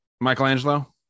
Michelangelo